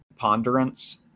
ponderance